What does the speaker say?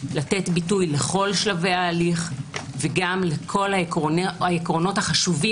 לתת ביטוי בכל שלבי ההליך וגם לכל העקרונות החשובים,